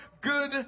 good